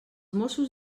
mossos